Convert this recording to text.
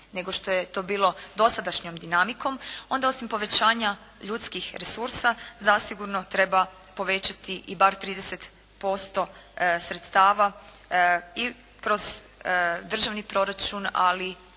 nego što je to bilo dosadašnjom dinamikom, onda osim povećanja ljudskih resursa zasigurno treba povećati i bar 30% sredstava i kroz državni proračun, ali i